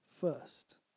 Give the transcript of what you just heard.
first